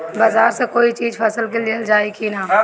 बाजार से कोई चीज फसल के लिहल जाई किना?